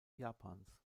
japans